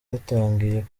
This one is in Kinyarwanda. hatangiye